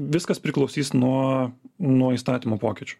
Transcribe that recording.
viskas priklausys nuo nuo įstatymų pokyčių